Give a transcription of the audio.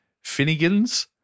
Finnegan's